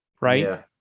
right